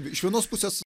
iš vienos pusės